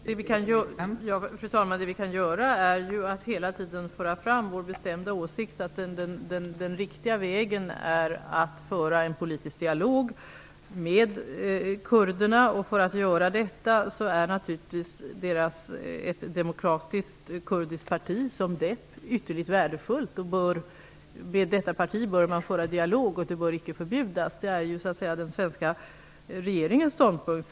Fru talman! Det vi kan göra är att hela tiden föra fram vår bestämda åsikt, att den riktiga vägen är att föra en politisk dialog med kurderna. För att vi skall kunna göra detta är naturligtvis ett demokratiskt kurdiskt parti som DEP ytterligt värdefullt. Med detta parti bör man föra dialog och det bör icke förbjudas. Det är den svenska regeringens ståndpunkt.